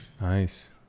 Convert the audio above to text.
Nice